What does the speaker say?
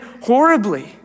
horribly